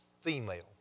female